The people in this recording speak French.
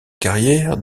carrière